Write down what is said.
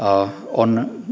on